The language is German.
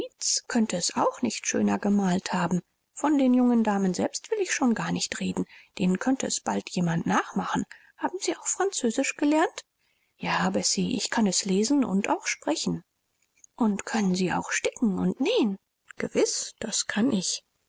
könnte es auch nicht schöner gemalt haben von den jungen damen selbst will ich schon gar nicht reden denen könnte es bald jemand nachmachen haben sie auch französisch gelernt ja bessie ich kann es lesen und auch sprechen und können sie auch sticken und nähen gewiß das kann ich